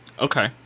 Okay